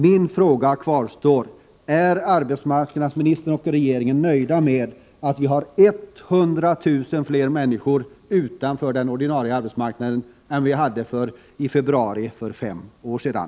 Min fråga kvarstår: Är arbetsmarknadsministern och regeringen nöjda med att vi i dag har 100 000 fler människor utanför den ordinarie arbetsmarknaden än vi hade i februari för fem år sedan?